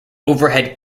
overhead